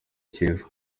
cyiza